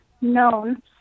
known